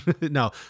No